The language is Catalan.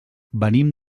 venim